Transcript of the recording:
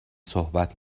صحبت